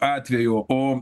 atvejų o